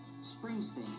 Springsteen